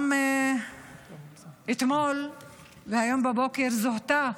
גם אתמול והיום בבוקר זוהתה